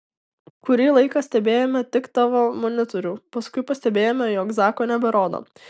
kurį laiką stebėjome tik tavo monitorių paskui pastebėjome jog zako neberodo